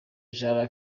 jean